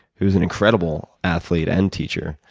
who is an incredible athlete and teacher.